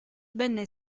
venne